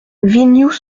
vignoux